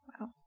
wow